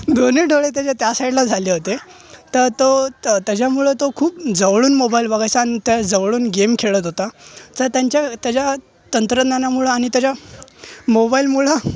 दोन्ही डोळे त्याचे त्या साईडला झाले होते तं तो त्याच्यामुळे तो खूप जवळून मोबाईल बघायचा अन त्या जवळून गेम खेळत होता तर त्यांच्या त्याच्या तंत्रज्ञानामुळं आणि त्याच्या मोबाईलमुळं